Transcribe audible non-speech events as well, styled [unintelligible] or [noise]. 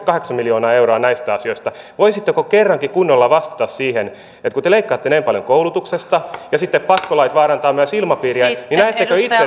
kahdeksankymmentäkahdeksan miljoonaa euroa näistä asioista voisitteko kerrankin kunnolla vastata siihen että kun te leikkaatte näin paljon koulutuksesta ja sitten pakkolait vaarantavat myös ilmapiiriä niin näettekö itse [unintelligible]